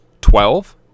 Twelve